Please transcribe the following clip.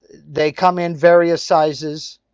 they come in various sizes.